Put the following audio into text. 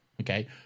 Okay